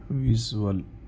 visual